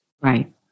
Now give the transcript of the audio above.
Right